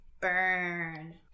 Burn